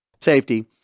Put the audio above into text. safety—